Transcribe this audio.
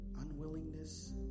unwillingness